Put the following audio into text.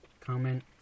comment